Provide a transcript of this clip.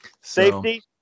Safety